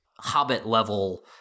Hobbit-level